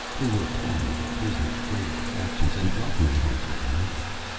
they were applauding the prisoner's traitorous actions, and welcoming him to omega.